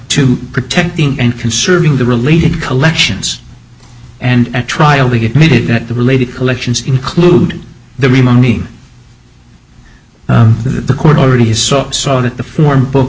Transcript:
to protecting and conserving the related collections and at trial we get it that the related collections include the remaining the court already so that the form book